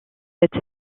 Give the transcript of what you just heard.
cette